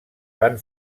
van